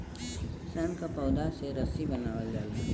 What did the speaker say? सन क पौधा से रस्सी बनावल जाला